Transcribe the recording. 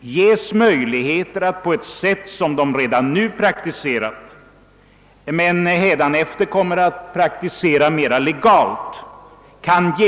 ges möjligheter att genomföra sin hyresstegringslinje på ett sätt som de redan nu praktiserar men som de hädanefter kommer att kunna praktisera mera legalt.